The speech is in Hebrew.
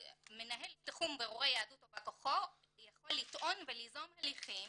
מנהל תחום בירורי יהדות או בא כוחו יכול לטעון וליזום הליכים